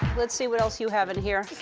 let's see what else you have in here.